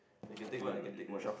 you can take one I can take one